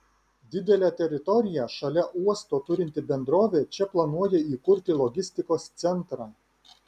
didelę teritoriją šalia uosto turinti bendrovė čia planuoja įkurti logistikos centrą